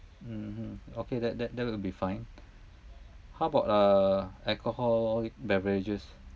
mmhmm okay that that that will be fine how about uh alcoholic beverages